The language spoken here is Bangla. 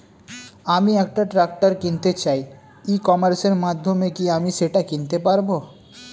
আমি একটা ট্রাক্টর কিনতে চাই ই কমার্সের মাধ্যমে কি আমি সেটা কিনতে পারব?